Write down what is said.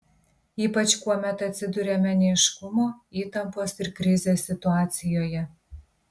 ypač kuomet atsiduriame neaiškumo įtampos ir krizės situacijoje